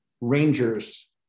Rangers